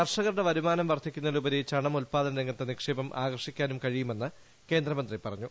കർഷകരുടെ വരുമാനം വർധിക്കുന്നതിലുപരി ചണം ഉല്പാദന രംഗത്ത് നിക്ഷേപം ആകർഷിക്കാനും കഴിയുമെന്ന് കേന്ദ്രമന്ത്രി പറഞ്ഞു